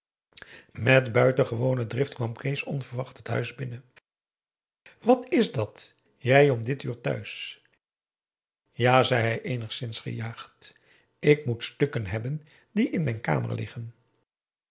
met buitengewone drift kwam kees onverwacht het huis binnen wat is dat jij om dit uur thuis ja zei hij eenigszins gejaagd ik moet stukken hebben die in mijn kamer liggen